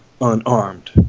unarmed